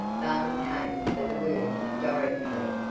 balm came for the wound directly,